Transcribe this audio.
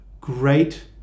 great